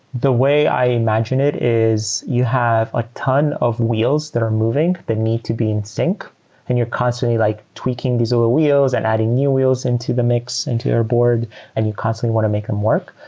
the way i imagine it is you have a ton of wheels that are moving that need to be in sync and you're constantly like tweaking these other wheels and adding new wheels into the mix into your board and you constantly want to make them work.